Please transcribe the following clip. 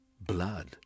Blood